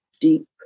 deep